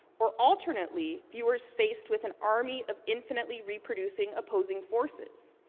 or, alternately, viewers faced with an army of infinitely reproducing opposing forces,